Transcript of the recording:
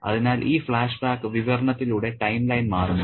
അതിനാൽ ഈ ഫ്ലാഷ്ബാക്ക് വിവരണത്തിലൂടെ ടൈം ലൈൻ മാറുന്നു